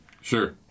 Sure